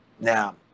Now